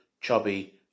chubby